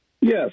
Yes